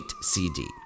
CD